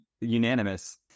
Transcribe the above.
unanimous